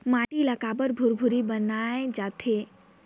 माटी ला काबर भुरभुरा बनाय जाथे?